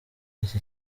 iki